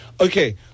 okay